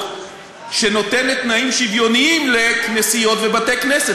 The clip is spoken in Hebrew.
שנותנת תנאים שוויוניים לכנסיות ובתי-כנסת.